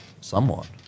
Somewhat